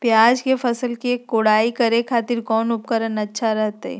प्याज के फसल के कोढ़ाई करे खातिर कौन उपकरण अच्छा रहतय?